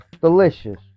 Delicious